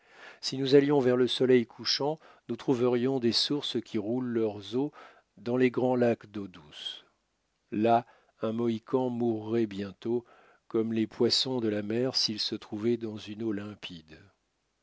si nous allions vers le soleil couchant nous trouverions des sources qui roulent leurs eaux dans les grands lacs d'eau douce là un mohican mourrait bientôt comme les poissons de la mer s'ils se trouvaient dans une eau limpide